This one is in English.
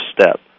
step